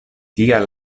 tiam